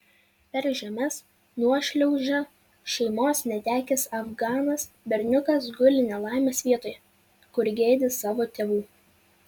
per žemės nuošliaužą šeimos netekęs afganas berniukas guli nelaimės vietoje kur gedi savo tėvų